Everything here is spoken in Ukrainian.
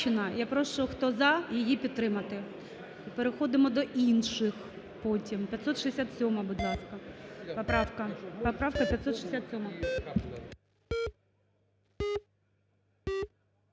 Я прошу, хто – за, її підтримати. Переходимо до інших потім. 567-а, будь ласка, поправка, поправка 567.